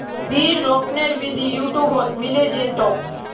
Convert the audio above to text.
बीज रोपनेर विधि यूट्यूबत मिले जैतोक